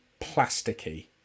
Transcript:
plasticky